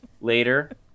Later